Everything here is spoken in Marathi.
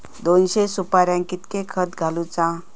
दोनशे सुपार्यांका कितक्या खत घालूचा?